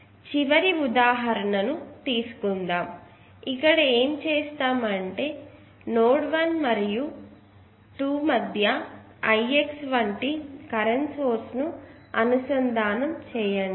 ఒక చివరి ఉదాహరణ ను తీసుకుందాం ఇక్కడ ఏమి చేస్తాము అంటే నోడ్ 1 మరియు 2 మధ్య Ix వంటి కరెంట్ సోర్స్ ని అనుసంధానం చేయండి